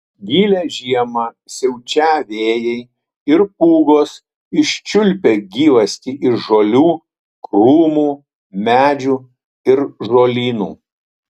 gilią žiemą siaučią vėjai ir pūgos iščiulpia gyvastį iš žolių krūmų medžių ir žolynų